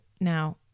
Now